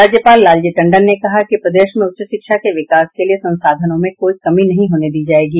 राज्यपाल लालजी टंडन ने कहा कि प्रदेश में उच्च शिक्षा के विकास के लिए संसाधनों में कोई कमी नहीं होने दी जायेगी